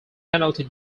penalty